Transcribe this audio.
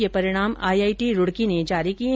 ये परिणाम आईआईटी रूडकी ने जारी किये